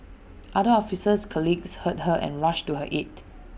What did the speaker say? other officer's colleagues heard her and rushed to her aid